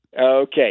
Okay